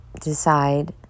decide